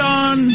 on